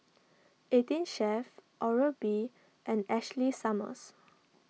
eighteen Chef Oral B and Ashley Summers